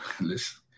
listen